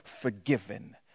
forgiven